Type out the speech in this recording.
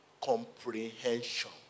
comprehension